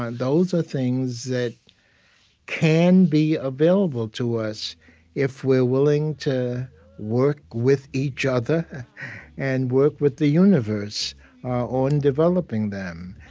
those are things that can be available to us if we're willing to work with each other and work with the universe on developing them.